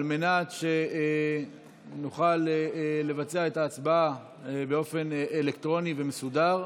על מנת שנוכל לבצע את ההצבעה באופן אלקטרוני ומסודר.